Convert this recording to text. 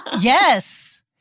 Yes